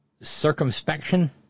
circumspection